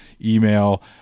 email